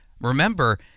remember